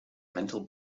mental